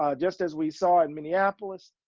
ah just as we saw in minneapolis,